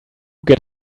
get